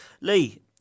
Lee